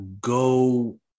go